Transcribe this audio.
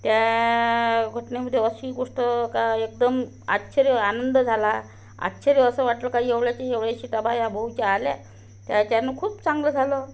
त्या घटनेमध्ये अशी गोष्ट का एकदम आश्चर्य आनंद झाला आश्चर्य असं वाटलं काही एवढ्याची एवढ्या सीटा बाई या भाऊच्या आल्या त्याच्यानं खूप चांगलं झालं